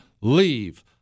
leave